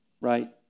Right